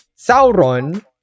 Sauron